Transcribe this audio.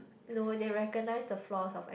no they recognise the flaws of